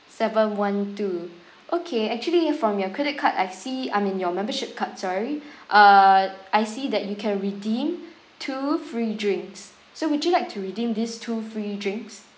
seven one two okay actually from your credit card I see I mean your membership card sorry err I see that you can redeem two free drinks so would you like to redeem these two free drinks